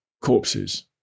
corpses